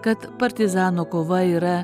kad partizano kova yra